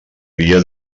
via